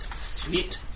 Sweet